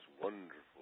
wonderful